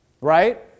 right